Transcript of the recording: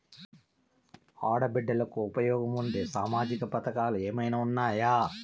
ఆడ బిడ్డలకు ఉపయోగం ఉండే సామాజిక పథకాలు ఏమైనా ఉన్నాయా?